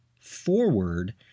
forward